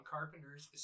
Carpenter's